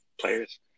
players